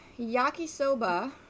Yakisoba